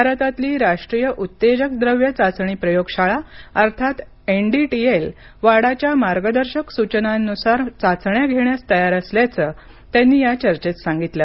भारतातली राष्ट्रीय उत्तेजक द्रव्य चाचणी प्रयोगशाळा अर्थात एनडीटीएल वाडाच्या मार्गदर्शक सूचनांनुसार चाचण्या घेण्यास तयार असल्याचं त्यांनी या चर्चेत सांगितलं